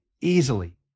easily